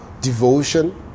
devotion